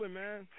man